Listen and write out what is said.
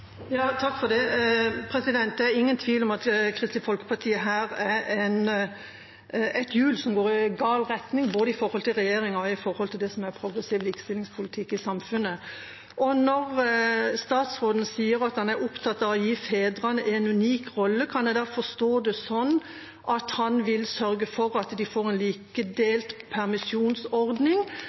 Det er ingen tvil om at Kristelig Folkeparti her er et hjul som går i gal retning, både med hensyn til regjeringa og til det som er progressiv likestillingspolitikk i samfunnet. Når statsråden sier at han er opptatt av å gi fedrene en unik rolle, kan jeg da forstå det slik at han vil sørge for at de får en likedelt permisjonsordning,